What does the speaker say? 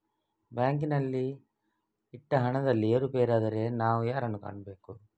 ಬ್ಯಾಂಕಿನಲ್ಲಿ ಇಟ್ಟ ಹಣದಲ್ಲಿ ಏರುಪೇರಾದರೆ ನಾವು ಯಾರನ್ನು ಕಾಣಬೇಕು?